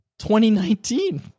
2019